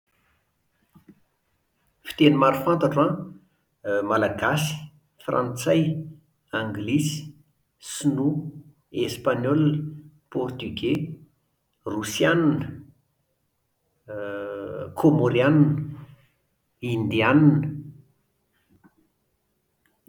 Fiteny maro fantatro an, malagasy, frantsay, anglisy, shinoa, espaniôla, pôrtioge, rosiàna, a kômôriàna, indiàna